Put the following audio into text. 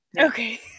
okay